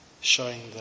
showing